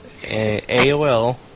AOL